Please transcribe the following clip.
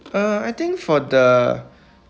uh I think for the